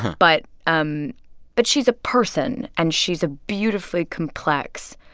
but um but she's a person, and she's a beautifully complex,